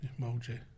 emoji